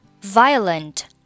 Violent